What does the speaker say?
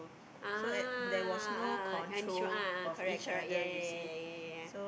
ah I am sure a'ah correct correct yea yea yea yea yea yea